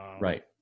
Right